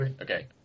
Okay